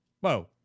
whoa